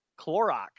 clorox